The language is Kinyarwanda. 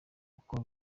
uko